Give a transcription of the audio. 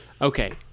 Okay